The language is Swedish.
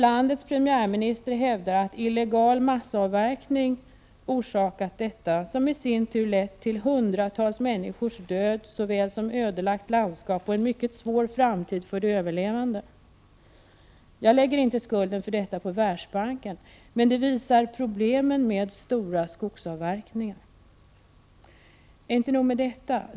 Landets premiärminister hävdar att illegal massavverkning orsakat detta och lett till hundratals människors död, ödelagt landskap och förorsakat en mycket svår framtid för de överlevande. Jag lägger inte skulden för detta på Världsbanken, men det visar problemen med stora skogsavverkningar. Det är inte nog med detta.